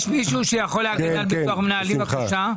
יש מישהו שיכול להגן על ביטוח מנהלים, בבקשה?